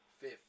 Fifth